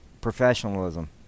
professionalism